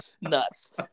nuts